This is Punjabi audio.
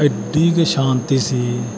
ਐਡੀ ਕੁ ਸ਼ਾਂਤੀ ਸੀ